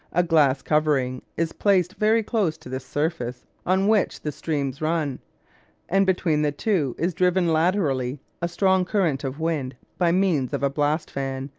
a glass covering is placed very close to this surface on which the streams run and between the two is driven laterally a strong current of wind by means of a blast-fan,